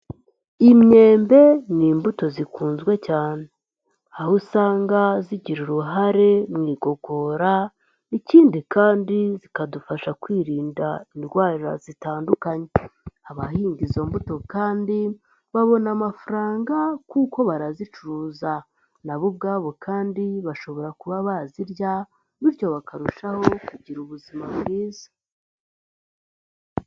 Imyembe ni imbuto zikunzwe cyane. Aho usanga zigira uruhare mu igogora, ikindi kandi zikadufasha kwirinda indwara zitandukanye. Abahinga izo mbuto kandi babona amafaranga kuko barazicuruza. Na bo ubwabo kandi bashobora kuba bazirya, bityo bakarushaho kugira ubuzima bwiza.